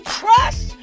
trust